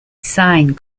sine